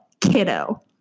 kiddo